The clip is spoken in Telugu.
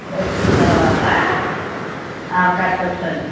వచ్చిన తర్వాత ఆ పెట్టవచ్చండి